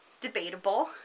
debatable